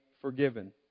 forgiven